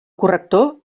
corrector